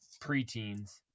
preteens